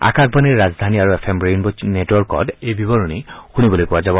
আকাশবাণীৰ ৰাজধানী আৰু এফ এম ৰেইনব নেটৱৰ্কত এই বিৱৰণী শুনিবলৈ পোৱা যাব